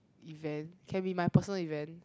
event can be my personal event